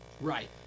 Right